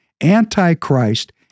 anti-Christ